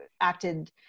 acted